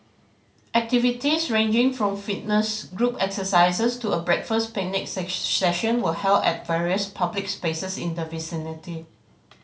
activities ranging from fitness group exercises to a breakfast picnic session were held at various public spaces in the vicinity